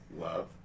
love